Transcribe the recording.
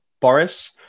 boris